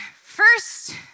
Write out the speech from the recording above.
first